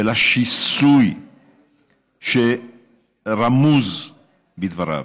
ומהשיסוי שרמוז בדבריו.